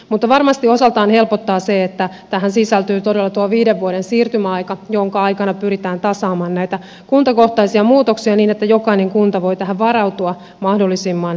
mutta varmasti osaltaan helpottaa se että tähän sisältyy todella tuo viiden vuoden siirtymäaika jonka aikana pyritään tasaamaan näitä kuntakohtaisia muutoksia niin että jokainen kunta voi tähän varautua mahdollisimman hyvin